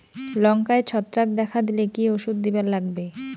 লঙ্কায় ছত্রাক দেখা দিলে কি ওষুধ দিবার লাগবে?